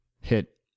hit